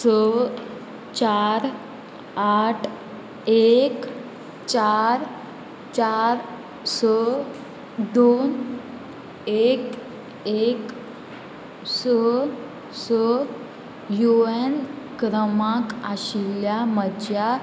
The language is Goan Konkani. स चार आठ एक चार चार स दोन एक एक स स यु ए एन क्रमांक आशिल्ल्या म्हज्या